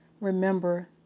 remember